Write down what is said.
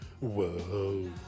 Whoa